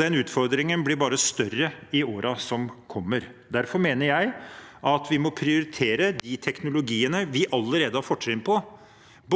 den utfordringen blir bare større i årene som kommer. Derfor mener jeg at vi må prioritere de teknologiene vi allerede har fortrinn på,